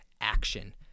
action